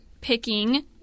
picking